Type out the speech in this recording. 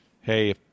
hey